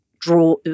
draw